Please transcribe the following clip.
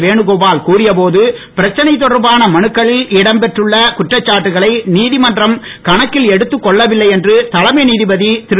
வேணுகோபால் கூறியபோது பிரச்சனை தொடர்பான மனுக்களில் இடம் பெற்றுள்ள குற்றச்சாட்டுக்களை நீதிமன்றம் கணக்கில் எடுத்துக் கொள்ளவில்லை என்று தலைமை நீதிபதி திரு